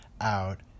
out